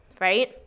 right